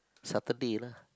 Saturday lah